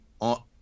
on